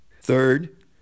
Third